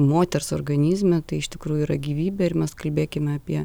moters organizme tai iš tikrųjų yra gyvybė ir mes kalbėkime apie